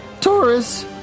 Taurus